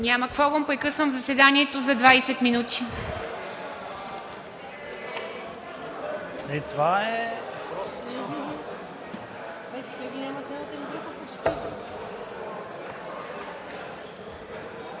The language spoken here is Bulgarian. Няма кворум. Прекъсвам заседанието за 20 минути.